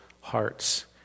hearts